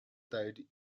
died